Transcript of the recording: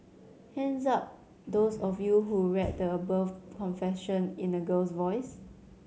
hands up those of you who read the above confession in a girl's voice